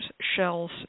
shells